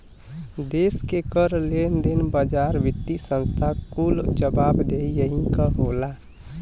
देस के कर, लेन देन, बाजार, वित्तिय संस्था कुल क जवाबदेही यही क होला